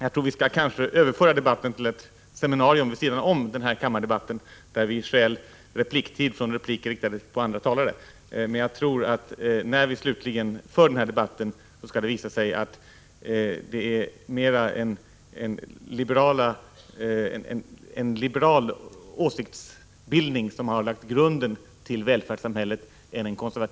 Jag tror att vi kan överföra den debatten till ett seminarium vid sidan om denna kammardebatt, där vi stjäl tid från repliker som egentligen avser andra talare. Jag tror dock att det när vi slutför denna debatt skall visa sig att det mera är en liberal än en konservativ åsiktsbildning som har lagt grunden för välfärdssamhället.